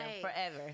forever